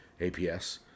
APS